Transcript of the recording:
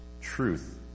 Truth